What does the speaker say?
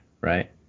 Right